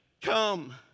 Come